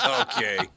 Okay